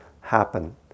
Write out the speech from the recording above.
happen